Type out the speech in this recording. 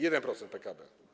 1% PKB.